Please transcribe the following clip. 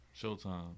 Showtime